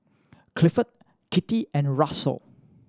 Clifford Kittie and Russell